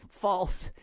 false